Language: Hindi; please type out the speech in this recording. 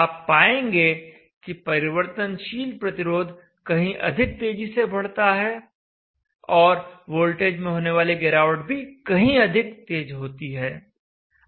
आप पाएंगे कि परिवर्तनशील प्रतिरोध कहीं अधिक तेजी से बढ़ता है और वोल्टेज में होने वाली गिरावट भी कहीं अधिक तेज होती है